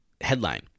headline